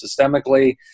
systemically